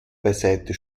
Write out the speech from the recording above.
beiseite